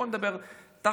בוא נדבר תכלס